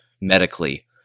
medically